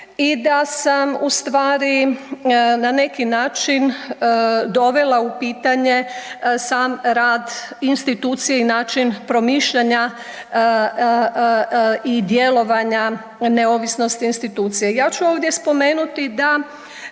i da sam ustvari na neki način dovela u pitanje sam rad institucije i način promišljanja i djelovanja neovisnosti institucije. Ja ću ovdje spomenuti da